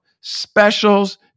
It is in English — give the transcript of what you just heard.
specials